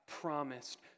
promised